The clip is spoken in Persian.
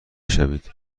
شوید